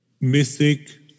mythic